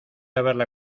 haberla